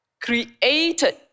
created